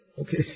Okay